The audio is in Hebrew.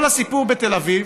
כל הסיפור בתל אביב